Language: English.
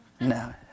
No